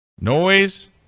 Noise